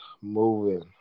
moving